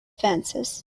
fences